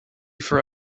for